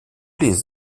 les